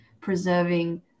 preserving